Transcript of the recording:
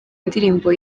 ndirimbo